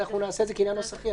נעשה את זה כעניין נוסחי,